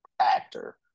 actor